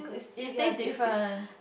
it tastes different